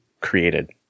created